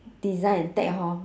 design and tech hor